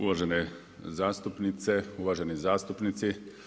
Uvažene zastupnice, uvaženi zastupnici.